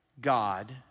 God